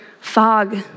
fog